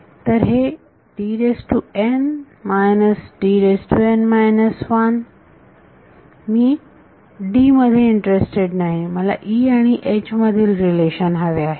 तर हे मी D मध्ये इंटरेस्टेड नाही मला E आणि H मधील रिलेशन हवे आहे